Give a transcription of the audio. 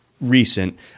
recent